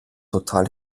total